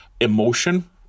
emotion